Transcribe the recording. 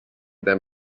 than